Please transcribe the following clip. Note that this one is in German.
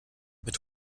mit